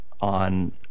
on